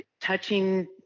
touching